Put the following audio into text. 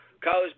college